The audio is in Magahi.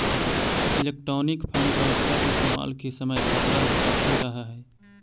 इलेक्ट्रॉनिक फंड ट्रांसफर के इस्तेमाल के समय खतरा भी काफी रहअ हई